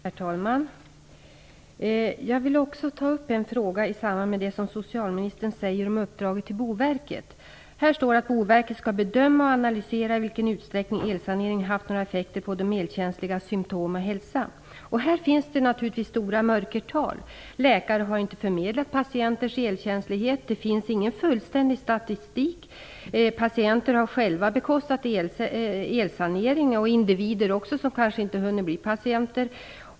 Herr talman! Jag vill ta upp en fråga i anslutning till det som socialministern säger om uppdraget till Boverket. I svaret sägs att Boverket skall bedöma och analysera i vilken utsträckning som elsanering haft några effekter på de elkänsligas symptom och hälsa. Här finns det naturligtvis stora mörkertal. Läkare har inte förmedlat patienters elkänslighet. Det finns ingen fullständig statistik. Patienter har själva bekostat elsanering, och det gäller också individer som kanske inte hunnit bli patienter.